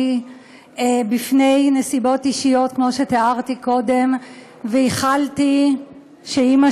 בפני נסיבות אישיות כמו שתיארתי קודם וייחלתי שאימא